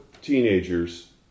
teenagers